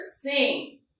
Sing